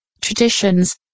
traditions